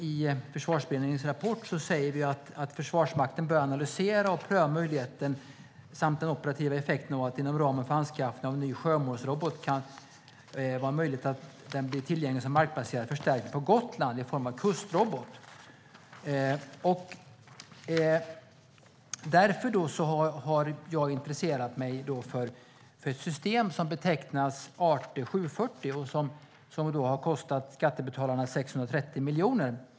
I Försvarsberedningens rapport säger vi att Försvarsmakten bör analysera och pröva möjligheten samt den operativa effekten av att ny sjömålsrobot blir tillgänglig som markbaserad förstärkning på Gotland i form av kustrobot. Jag har därför intresserat mig för ett system som betecknas ArtE 740 som har kostat skattebetalarna 630 miljoner.